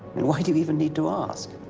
and why do you even need to ask?